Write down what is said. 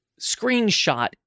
screenshot